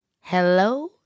Hello